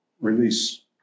release